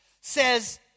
says